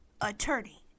attorney